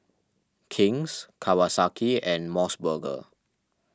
King's Kawasaki and Mos Burger